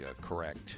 correct